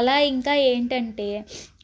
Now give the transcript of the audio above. అలా ఇంకా ఏంటంటే